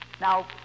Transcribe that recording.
Now